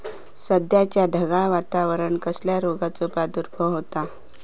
सध्याच्या ढगाळ वातावरणान कसल्या रोगाचो प्रादुर्भाव होता?